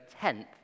tenth